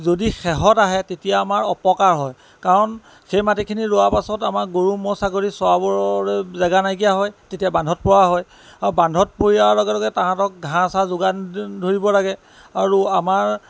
যদি শেষত আহে তেতিয়া আমাৰ অপকাৰ হয় কাৰণ সেই মাটিখিনি ৰোৱাৰ পাছত আমাৰ গৰু ম'হ ছাগলী চৰাবলৈ জেগা নাইকিয়া হয় তেতিয়া বান্ধত পৰা হয় আৰু বান্ধত পৰাৰ লগে লগে তাহাঁতক ঘাঁহ চাহ যোগান ধৰিব লাগে আৰু আমাৰ